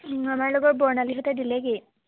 আমাৰ লগৰ বৰ্ণালীহঁতে দিলেগেই